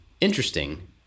interesting